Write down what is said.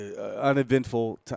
uneventful